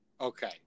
Okay